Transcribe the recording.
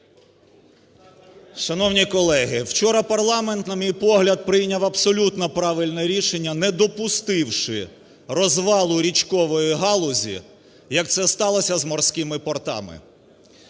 Шановні колеги! Вчора парламент, на мій погляд, прийняв абсолютно правильне рішення не допустивши розвалу річкової галузі, як це сталося з морськими портами.